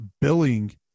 billing